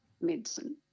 medicine